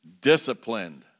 disciplined